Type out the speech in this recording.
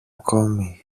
ακόμη